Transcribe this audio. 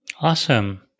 Awesome